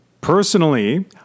personally